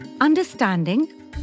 understanding